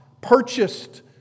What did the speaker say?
purchased